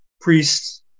priests